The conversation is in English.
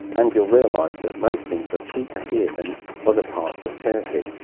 and you'll realize that most things are cheaper here than other parts of turkey.